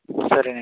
సరే అండి